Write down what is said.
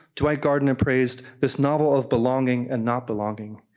dwight garner praised, this novel of belonging and not belonging,